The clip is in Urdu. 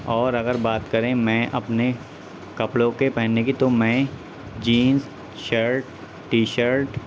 اور اگر بات کریں میں اپنے کپڑوں کے پہننے کی تو میں جینس شرٹ ٹی شرٹ